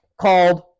Called